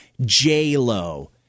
J-Lo